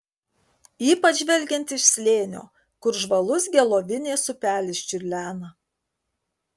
ypač žvelgiant iš slėnio kur žvalus gelovinės upelis čiurlena